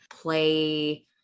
play